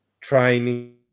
training